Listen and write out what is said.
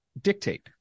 dictate